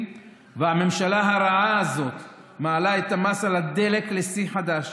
והממשלה הרעה הזאת מעלה את המס על הדלק לשיא חדש,